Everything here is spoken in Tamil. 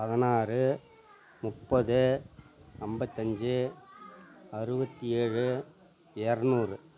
பதினாரு முப்பது ஐம்பத்தஞ்சு அறுவத்தி ஏழு இரநூறு